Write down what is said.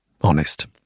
honest